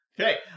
Okay